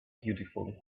beautifully